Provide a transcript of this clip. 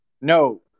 no